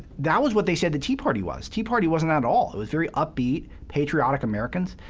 that was what they said the tea party was. tea party wasn't that at all it was very upbeat, patriotic americans,